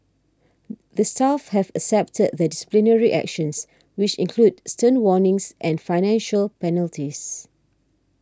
the staff have accepted the disciplinary actions which include stern warnings and financial penalties